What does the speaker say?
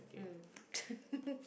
mm